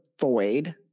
void